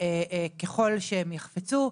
ככול שהם יחפצו.